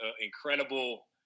incredible